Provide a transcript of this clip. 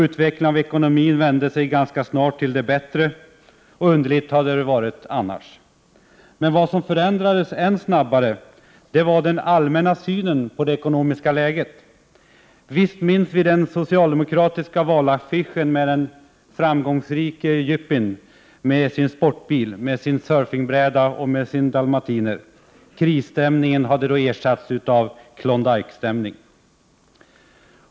Utvecklingen av ekonomin vände ganska snart till det bättre — underligt hade det varit annars. Men vad som förändrades ännu snabbare var den allmänna synen på det ekonomiska läget. Visst minns vi den socialdemokratiska valaffischen med den framgångsrike yuppien med sin sportbil, sin surfingbräda och sin dalmatiner. Krisstämningen ersattes av Klondykestämning.